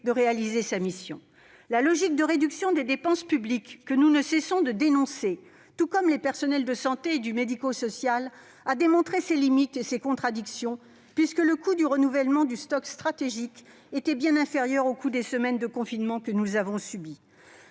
de réaliser sa mission. La logique de réduction des dépenses publiques, que nous ne cessons de dénoncer tout comme les personnels de santé et du médico-social, a montré ses limites et ses contradictions, puisque le coût du renouvellement du stock stratégique était bien inférieur aux coûts des semaines de confinement que nous avons subies.